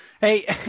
Hey